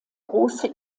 große